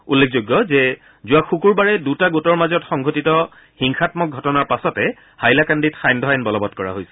উল্লেখযোগ্য যে যোৱা শুকুৰবাৰে দুটা গোটৰ মাজত সংঘটিত হিংসামক ঘটনাৰ পাচতে হাইলাকান্দিত সান্ধ্য আইন বলবৎ কৰা হৈছিল